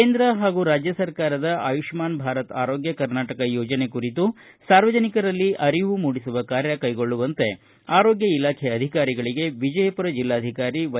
ಕೇಂದ್ರ ಹಾಗೂ ರಾಜ್ಯ ಸರ್ಕಾರದ ಆಯುಷ್ಠಾನ್ ಭಾರತ್ ಆರೋಗ್ಯ ಕರ್ನಾಟಕ ಯೋಜನೆ ಕುರಿತು ಸಾರ್ವಜನಿಕರಲ್ಲಿ ಅರಿವು ಮೂಡಿಸುವ ಕಾರ್ಯ ಕೈಗೊಳ್ಳುವಂತೆ ಆರೋಗ್ಯ ಇಲಾಖೆ ಅಧಿಕಾರಿಗಳಿಗೆ ವಿಜಯಪುರ ಜಿಲ್ಲಾಧಿಕಾರಿ ವೈ